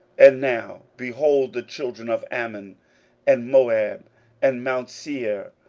and now, behold, the children of ammon and moab and mount seir,